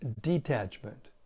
detachment